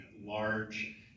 large